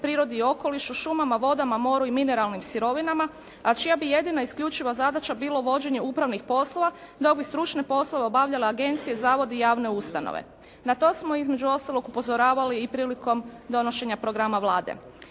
prirodi i okolišu, šumama, vodama, moru i mineralnim sirovinama, a čija bi jedina i isključiva zadaća bilo vođenje upravnih poslova dok bi stručne poslove obavljale agencije, zavodi i javne ustanove. Na to smo između ostalog upozoravali i prilikom donošenja programa Vlade.